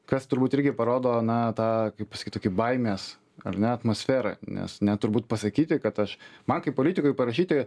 kas turbūt irgi parodo na tą kaip pasakyt tokį baimės ar ne atmosferą nes ne turbūt pasakyti kad aš man kaip politikui parašyti